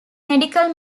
medical